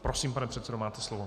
Prosím, pane předsedo, máte slovo.